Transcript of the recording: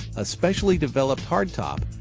a specially developed hardtop,